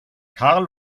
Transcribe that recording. carl